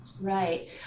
Right